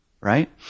right